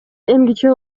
эмгиче